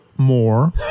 more